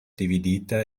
dividita